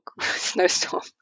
Snowstorm